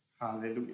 Hallelujah